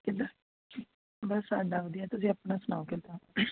ਕਿੱਦਾਂ ਬਸ ਸਾਡਾ ਵਧੀਆ ਤੁਸੀਂ ਆਪਣਾ ਸੁਣਾਓ ਕਿੱਦਾਂ